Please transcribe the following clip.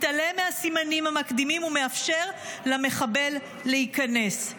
מתעלם מהסימנים המקדימים ומאפשר למחבל להיכנס.